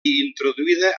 introduïda